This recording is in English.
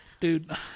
Dude